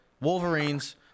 wolverines